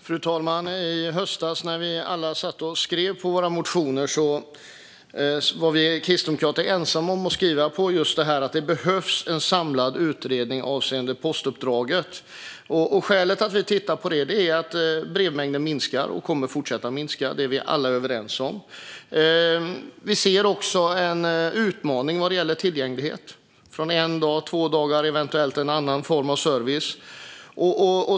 Fru talman! I höstas när vi alla satt och skrev våra motioner var vi kristdemokrater ensamma om att skriva om att det behövs en samlad utredning avseende postuppdraget. Skälet till att vi tittar på det är att brevmängden minskar och kommer att fortsätta göra det; det är vi alla överens om. Vi ser också en utmaning vad gäller tillgänglighet, från en dag till två dagar och eventuellt en annan form av service.